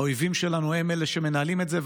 האויבים שלנו הם שמנהלים את זה,